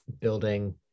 building